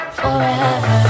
forever